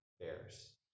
bears